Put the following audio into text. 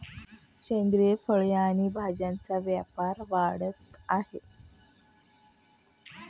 सेंद्रिय फळे आणि भाज्यांचा व्यापार वाढत आहे